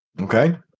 Okay